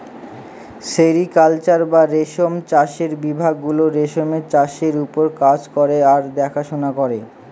sericulture বা রেশম চাষের বিভাগ গুলো রেশমের চাষের ওপর কাজ করে আর দেখাশোনা করে